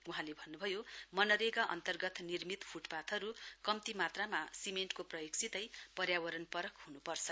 वहाँले भन्नुभयो मनरेगा अन्तर्गत निर्मित फुटपाथहरू कम्ती मात्रामा सिमेन्टको प्रयोगसितै पर्यावरण परख हुनुपर्छ